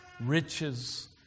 riches